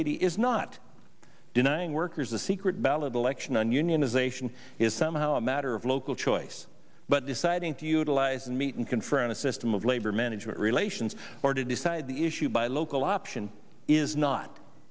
eighty is not denying workers a secret ballot election on unionization is somehow a matter of local choice but deciding to utilize and meet and confront a system of labor management relations or to decide the issue by local option is not